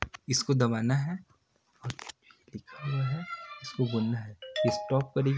जब कोनो दुकानदार ह पइसा ल तुरते ताही कहूँ दे दिस तब तो ओ कंपनी या मील के मालिक करा पइसा के जुगाड़ ह हो जाथे